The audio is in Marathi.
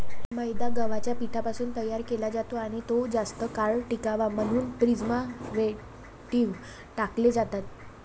मैदा गव्हाच्या पिठापासून तयार केला जातो आणि तो जास्त काळ टिकावा म्हणून प्रिझर्व्हेटिव्ह टाकले जातात